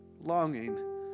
longing